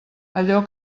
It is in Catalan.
allò